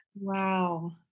Wow